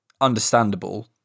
understandable